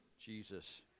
Jesus